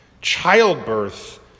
Childbirth